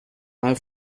mal